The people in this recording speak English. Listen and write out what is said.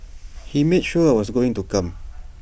he made sure I was going to come